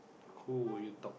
who will you talk